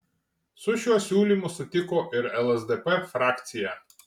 su šiuo siūlymu sutiko ir lsdp frakcija